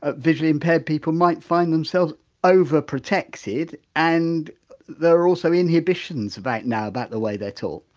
ah visually impaired people might find themselves overprotected and there are also inhibition's about now about the way their taught?